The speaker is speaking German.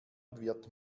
wird